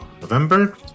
November